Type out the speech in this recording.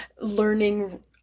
learning